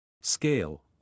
Scale